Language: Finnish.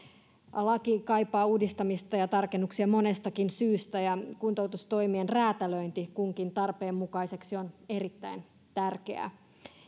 laki kaipaa uudistamista ja tarkennuksia monestakin syystä ja kuntoutustoimien räätälöinti kunkin tarpeen mukaiseksi on erittäin tärkeää